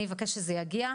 אני אבקש שזה יגיע.